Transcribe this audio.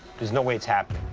there's no way it's happening.